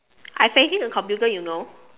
I facing the computer you know